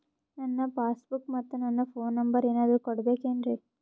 ನನ್ನ passbook ಮತ್ ನನ್ನ ಫೋನ್ ನಂಬರ್ ಏನಾದ್ರು ಕೊಡಬೇಕೆನ್ರಿ?